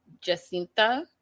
Jacinta